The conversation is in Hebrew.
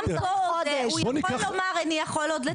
גם פה הוא יכול לומר איני יכול עוד לתקופה,